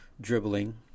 dribbling